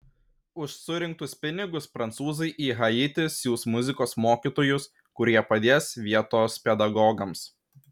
už surinktus pinigus prancūzai į haitį siųs muzikos mokytojus kurie padės vietos pedagogams